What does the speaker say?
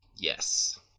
Yes